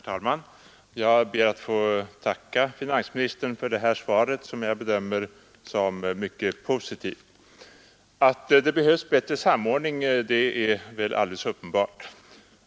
Herr talman! Jag ber att få tacka finansministern för det här svaret som jag bedömer som mycket positivt. Att det behövs bättre samordning är väl alldeles uppenbart.